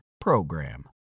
PROGRAM